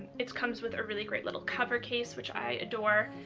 it comes with a really great little cover case which i adore.